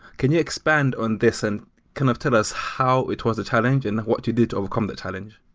can you expand on this and kind of tell us how it was a challenge and what you did to overcome that challenge?